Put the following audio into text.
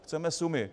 Chceme sumy.